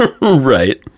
Right